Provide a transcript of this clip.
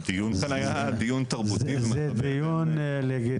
הדיון היה דיון תרבותי ו- -- זה דיון לגיטימי.